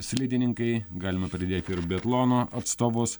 slidininkai galima pridėti ir biatlono atstovus